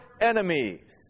enemies